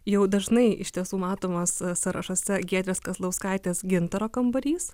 jau dažnai iš tiesų matomas sąrašuose giedrės kazlauskaitės gintaro kambarys